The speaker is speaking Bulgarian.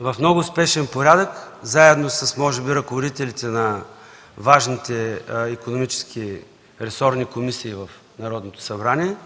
В много спешен порядък, заедно може би с ръководителите на важните икономически ресорни комисии в Народното събрание,